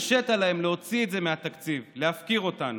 ולהפקיר אותנו?